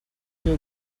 your